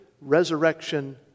resurrection